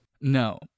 No